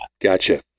Gotcha